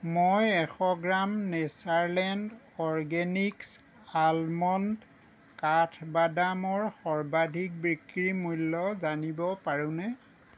মই এশ gram Natureland Organics almond কাঠবাদামৰ সৰ্বাধিক বিক্ৰী মূল্য জানিব পাৰোঁনে